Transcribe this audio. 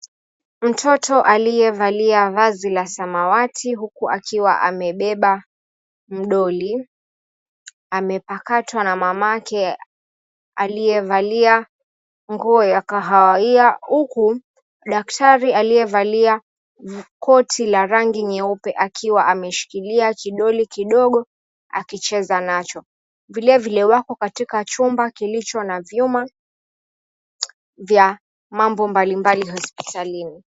Mtoto aliye valia vazi la samawati huku akiwa amebeba mdoli, amepakatwa na mamake aliyevalia nguo ya kahawia huku daktari aliyevalia koti la rangi nyeupe akiwa ameshikilia kidole kidogo akicheza nacho. Vilevile, wako katika chumba kilicho na vyuma vya mambo mbalimbali hospitalini.